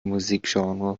musikgenre